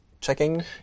checking